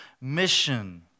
mission